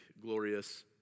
glorious